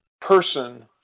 person